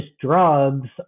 drugs